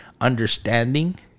understanding